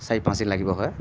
চাৰি পাঁচদিন লাগিব হয়